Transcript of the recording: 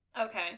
Okay